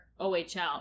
OHL